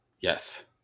yes